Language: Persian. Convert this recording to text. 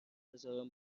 هزاران